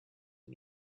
and